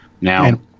now